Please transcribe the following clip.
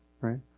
right